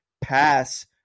pass